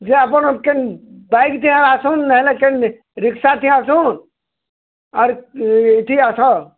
ଯେ ଆପଣ କେନ୍ ବାଇକ୍ଟେରେ ଆସୁନ୍ ନାଇଁ ହେଲେ କେନ୍ କେନ୍ ରିକ୍ସାଥିଁ ଆସୁନ୍ ଆର୍ ଏଠିକି ଆସ